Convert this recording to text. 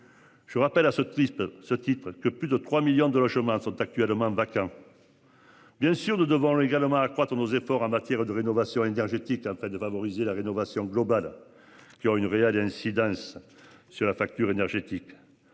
Je rappelle à ce triste ce titre que plus de 3 millions de logements sont actuellement vacants. Bien sûr nous devons légalement accroître nos efforts en matière de rénovation énergétique un de favoriser la rénovation globale qui ont une réelle incidence sur la facture énergétique.